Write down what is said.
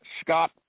Scott